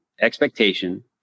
Expectation